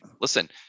listen